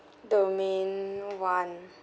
domain one